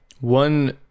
one